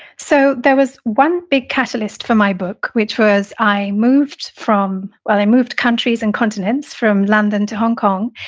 so, there was one big catalyst for my book, which was i moved from, well, i moved countries and continents from london to hong kong,